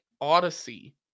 Odyssey